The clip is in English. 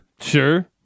sure